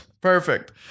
Perfect